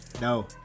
No